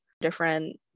different